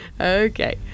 okay